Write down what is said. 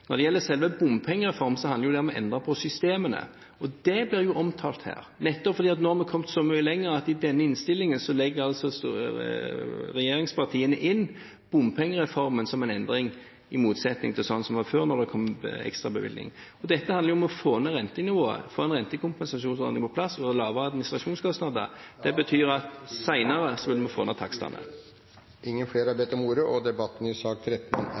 Når det gjelder selve bompengereformen, handler det om å endre på systemene. Det blir omtalt her, nettopp fordi at vi nå har kommet så mye lenger at i denne innstillingen legger regjeringspartiene inn bompengereformen som en endring, i motsetning til sånn som det var før, når det kom ekstrabevilgning. Dette handler om å få ned rentenivået, få en rentekompensasjonsordning på plass og ha lavere administrasjonskostnader. Det betyr at vi senere skal få ned takstene. Da er tiden ute. Flere har ikke bedt om ordet til sak nr. 14. Tapte liv er eit stort samfunnsproblem og er